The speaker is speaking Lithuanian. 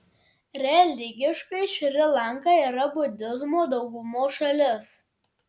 religiškai šri lanka yra budizmo daugumos šalis